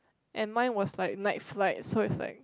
and mine was like night flight so it's like